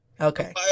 Okay